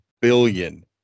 billion